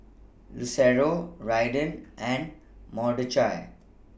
Lucero Raiden and Mordechai